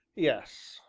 yes,